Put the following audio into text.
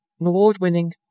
award-winning